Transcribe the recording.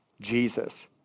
Jesus